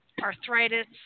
arthritis